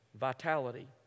vitality